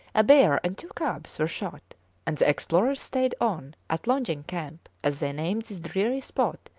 a bear and two cubs were shot and the explorers stayed on at longing camp as they named this dreary spot,